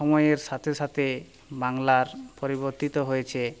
সময়ের সাথে সাথে বাংলার পরিবর্তন হয়েছে